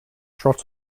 trot